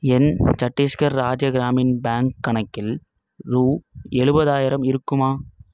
என் Chhattisgarh Rajya Gramin bank கணக்கில் ரூபா எழுவதாயிரம் இருக்குமா